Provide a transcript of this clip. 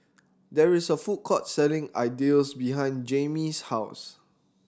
there is a food court selling Idili behind Jammie's house